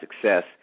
success